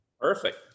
Perfect